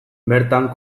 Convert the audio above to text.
bertan